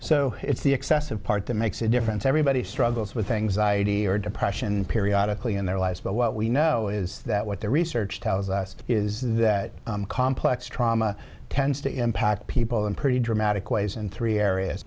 so it's the excessive part that makes a difference everybody struggles with anxiety or depression periodically in their lives but what we know is that what the research tells us is that complex trauma tends to impact people in pretty dramatic ways in three areas